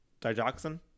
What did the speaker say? Digoxin